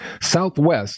Southwest